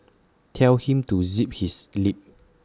tell him to zip his lip